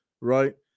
right